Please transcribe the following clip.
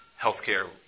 healthcare